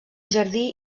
jardí